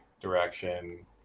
direction